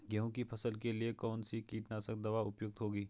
गेहूँ की फसल के लिए कौन सी कीटनाशक दवा उपयुक्त होगी?